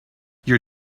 your